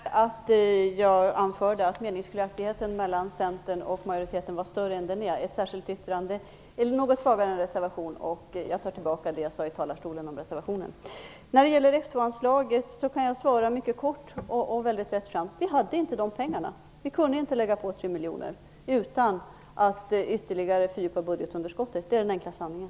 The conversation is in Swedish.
Fru talman! Jag beklagar att jag anförde att meningsskiljaktigheten mellan Centern är större än den faktiskt är. Ett särskilt yttrande är något svagare än en reservation, och jag tar tillbaka det som jag från talarstolen sade om reservationen. När det gäller F 2-anslaget kan jag svara mycket kort och rättframt: Vi hade inte de pengarna. Vi kunde inte lägga på 3 miljoner utan att ytterligare fördjupa budgetunderskottet. Det är den enkla sanningen.